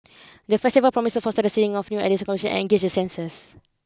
the festival promises to foster the seeding of new ideas and engage the senses